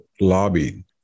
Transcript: lobbying